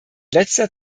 letzter